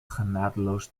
genadeloos